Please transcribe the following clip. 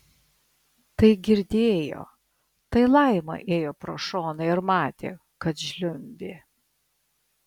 tai girdėjo tai laima ėjo pro šoną ir matė kad žliumbė